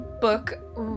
book